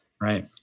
Right